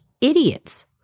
idiots